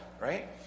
right